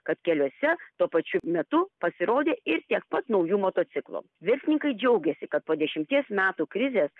kad keliuose tuo pačiu metu pasirodė ir tiek pat naujų motociklų verslininkai džiaugiasi kad po dešimties metų krizės